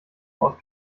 aus